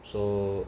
so